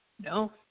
no